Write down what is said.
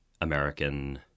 American